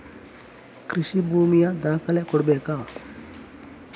ಕೃಷಿ ಭೂಮಿಯ ದಾಖಲೆ ಕೊಡ್ಬೇಕಾ?